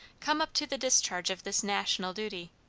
come up to the discharge of this national duty.